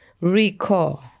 recall